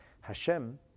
Hashem